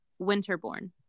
Winterborn